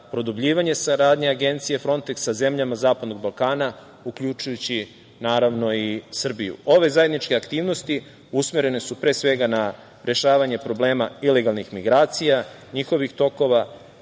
produbljivanje saradnje agencije Fronteks sa zemljama zapadnog Balkana, uključujući naravno i Srbiju. Ove zajedničke aktivnosti usmerene su pre svega na rešavanje problema ilegalnih migracija, njihovih tokova,